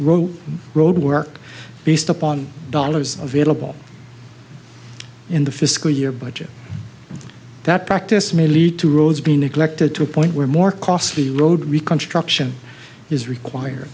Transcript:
road road work based upon dollars available in the fiscal year budget that practice may lead to roads being neglected to a point where more costly road reconstruction is require